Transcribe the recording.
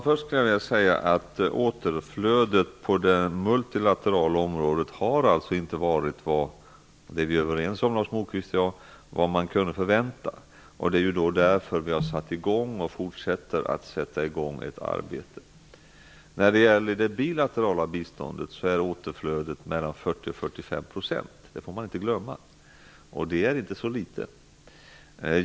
Fru talman! Återflödet på det multilaterala området har alltså inte varit vad man kunde förvänta sig, det är vi överens om Lars Moquist och jag. Det är ju därför som vi har satt i gång ett arbete. När det gäller det bilaterala biståndet är återflödet 40--45 %, vilket inte är så litet, och det får man inte glömma.